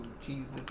Jesus